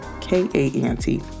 K-A-N-T